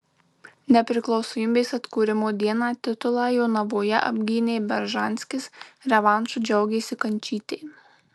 nepriklausomybės atkūrimo dieną titulą jonavoje apgynė beržanskis revanšu džiaugėsi kančytė